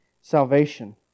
salvation